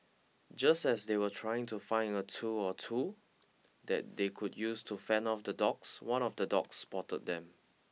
just as they were trying to find a tool or two that they could use to fend off the dogs one of the dogs spotted them